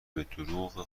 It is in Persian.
بهدروغ